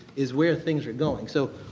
is where things are going. so,